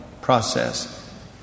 process